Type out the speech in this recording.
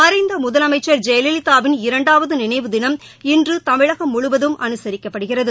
மறைந்த முதலமைச்சர் ஜெயலலிதாவிள் இரண்டாவது நினைவு தினம் இன்று தமிழகம் முழுவதும் அவுசரிக்கப்படுகிறது